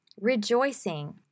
Rejoicing